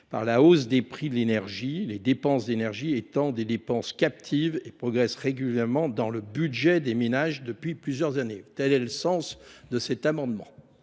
par la hausse des prix de l’énergie, les dépenses énergétiques étant par nature captives et progressant régulièrement dans le budget des ménages depuis plusieurs années. Quel est l’avis de la commission